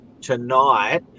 tonight